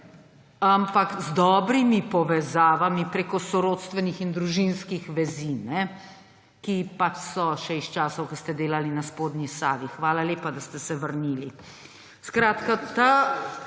ampak z dobrimi povezavami preko sorodstvenih in družinskih vezi, ki pač so še iz časov, ko ste delali na spodnji Savi. Hvala lepa, da ste se vrnili. Skratka ta